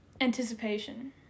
anticipation